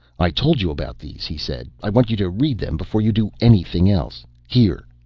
i told you about these, he said. i want you to read them before you do anything else. here.